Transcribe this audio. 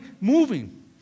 moving